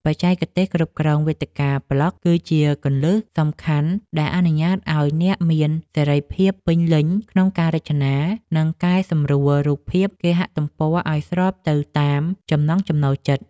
បច្ចេកទេសគ្រប់គ្រងវេទិកាប្លក់ គឺជាគន្លឹះសំខាន់ដែលអនុញ្ញាតឱ្យអ្នកមានសេរីភាពពេញលេញក្នុងការរចនា និងកែសម្រួលរូបរាងគេហទំព័រឱ្យស្របទៅតាមចំណង់ចំណូលចិត្ត។